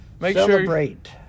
Celebrate